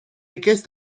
якесь